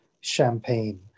champagne